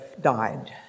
died